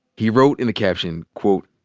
he wrote in the caption, quote,